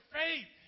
faith